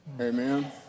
Amen